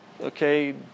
Okay